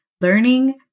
learning